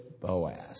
Boaz